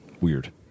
weird